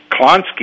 Klonsky